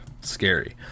Scary